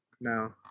no